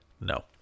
no